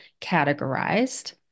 categorized